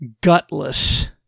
gutless